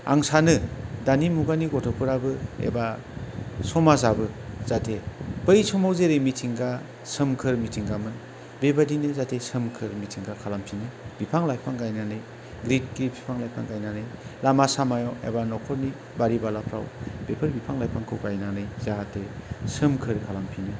आं सानो दानि मुगानि गथ'फोराबो एबा समाजाबो जाहाथे बै समाव जेरै मिथिंगा सोमखोर मिथिंगामोन बेबायदिनो जाथे सोमखोर मिथिंगा खालामफिनो बिफां लाइफां गायनानै गिदिर गिदिर बिफां लाइफां गायनानै लामा सामायाव एबा न'खरनि बारि बालाफोराव बेफोर बिफां लाइफांखौ गायनानै जाहाथे सोमखोर खालामफिनो